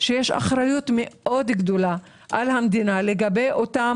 נשמע אותו ונראה מה ניתן לעשות מעבר למה שמציע נשיא אוניברסיטת